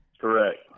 correct